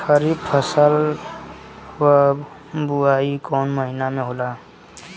खरीफ फसल क बुवाई कौन महीना में होला?